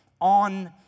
on